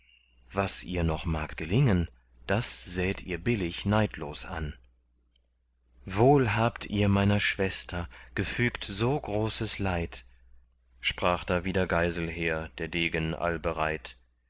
was ihr noch mag gelingen das säht ihr billig neidlos an wohl habt ihr meiner schwester gefügt so großes leid sprach da wieder geiselher der degen allbereit